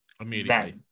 immediately